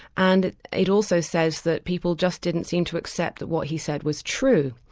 and it also says that people just didn't seem to accept what he said was true.